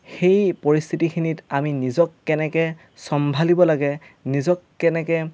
সেই পৰিস্থিতিখিনিত আমি নিজক কেনেকৈ চম্ভালিব লাগে নিজক কেনেকৈ